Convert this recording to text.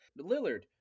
Lillard